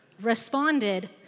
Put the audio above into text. responded